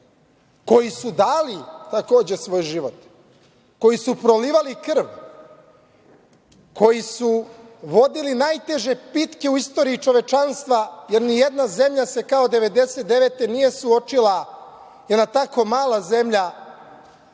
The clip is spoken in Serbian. koji su dali, takođe, svoj život, koji su prolivali krv, koji su vodili najteže bitke u istoriji čovečanstva, jer nijedna zemlja se kao 1999. godine nije suočila, jedna tako mala zemlja,